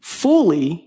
fully